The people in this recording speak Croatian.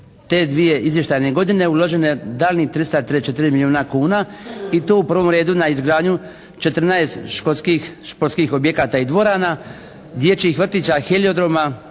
te dvije izvještajne godine uloženo je daljnjih 343 milijuna kuna i to u prvom redu na izgradnju 14 školskih športskih objekata i dvorana, dječjih vrtića, heliodroma,